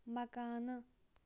مکانہٕ